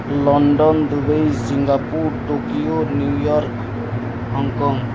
London Dubai Singapore Tokyo New York Hong Kong